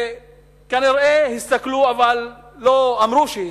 וכנראה הסתכלו, אבל לא אמרו שהסתכלו,